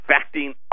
affecting